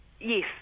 Yes